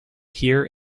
here